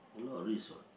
a lot of risk what